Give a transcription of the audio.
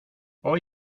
hoy